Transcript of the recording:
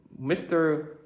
Mr